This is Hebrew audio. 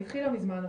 היא התחילה מזמן,